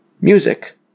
Music